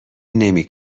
نمی